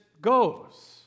goes